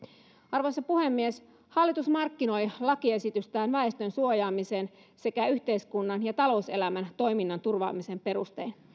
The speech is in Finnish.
arvoisa puhemies hallitus markkinoi lakiesitystään väestön suojaamisen sekä yhteiskunnan ja talouselämän toiminnan turvaamisen perustein